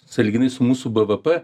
sąlyginai su mūsų bvp